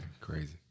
crazy